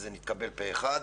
התקבל פה אחד.